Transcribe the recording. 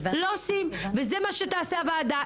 זה מה שתעשה הוועדה,